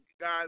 guys